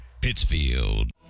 Pittsfield